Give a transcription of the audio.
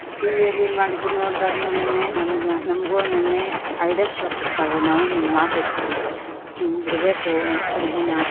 ಟಿವಿಯಲ್ಲಿ ಮಾಡಿದು ನೋಡ್ದಾಗುನು ಒಮ್ಮೊಮ್ಮೆ ನಮ್ದು ನಮಗೂ ಒಮ್ಮೊಮ್ಮೆ ಐಡ್ಯಾಸ್ ಬರ್ತಿರ್ತಾವು ನಾವು ಹಿಂಗೆ ಮಾಡಬೇಕು ಹಿಂಗೆ ಬಿಡಬೇಕು ಅಡಿಗಿನ